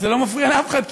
זה לא מפריע לאף אחד,